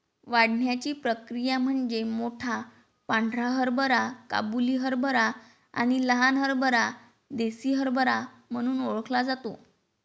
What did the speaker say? वाढण्याची प्रक्रिया म्हणजे मोठा पांढरा हरभरा काबुली हरभरा आणि लहान हरभरा देसी हरभरा म्हणून ओळखला जातो